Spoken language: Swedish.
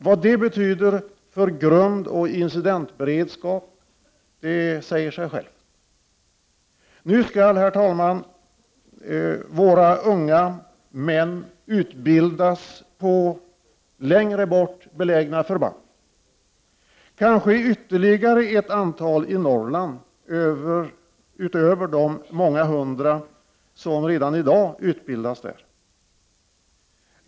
Vad det betyder för grundoch incidentberedskapen säger sig självt. Herr talman! Nu skall våra unga män utbildas på längre bort belägna förband, kanske ytterligare ett antal i Norrland utöver de många som redan i dag utbildas där.